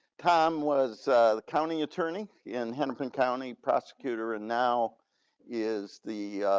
tom was the county attorney in hennepin county prosecutor and now is the,